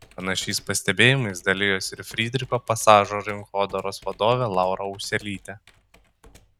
panašiais pastebėjimais dalijosi ir frydricho pasažo rinkodaros vadovė laura ūselytė